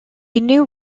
new